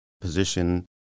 position